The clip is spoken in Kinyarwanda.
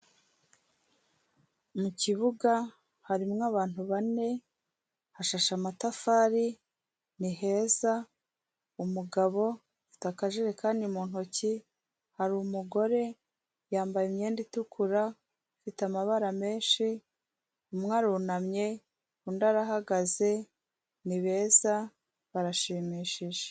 Mu kibuga harimo abantu bane hashashe amatafari ni heza umugabo afite akajerekani mu ntoki, haru umugore yambaye imyenda itukura afite amabara menshi, umwe arunamye undi arahagaze ni beza barashimishije.